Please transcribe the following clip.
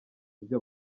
ibyo